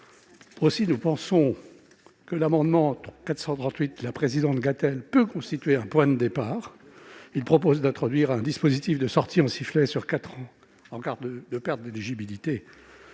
Aussi, nous pensons que l'amendement n° II-438 rectifié de Mme Gatel peut constituer un point de départ. Il vise à introduire un dispositif de sortie en sifflet sur quatre ans en cas de perte d'éligibilité